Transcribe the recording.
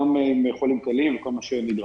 כולל חולים קלים ומה שנדרש.